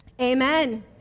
Amen